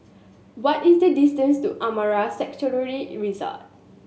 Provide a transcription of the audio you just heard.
what is the distance to Amara Sanctuary Resort